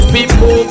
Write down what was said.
People